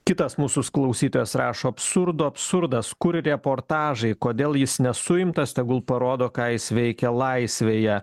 kitas mūsų sklausytojas rašo absurdų absurdas kur reportažai kodėl jis nesuimtas tegul parodo ką jis veikia laisvėje